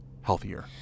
healthier